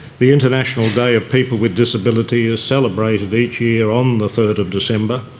the international day of people with disability is celebrated each year on the third of december.